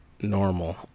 normal